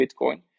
Bitcoin